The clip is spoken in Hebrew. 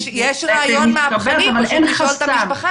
יש רעיון מהפכני פה שהוא פשוט לשאול את המשפחה.